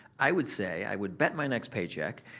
i would say, i would bet my next paycheck,